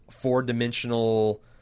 four-dimensional